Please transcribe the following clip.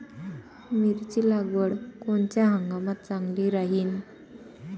मिरची लागवड कोनच्या हंगामात चांगली राहीन?